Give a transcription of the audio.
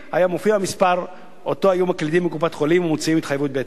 מופיע מספר שהיו מקלידים בקופת-החולים ומוציאים התחייבות בהתאם.